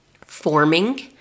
forming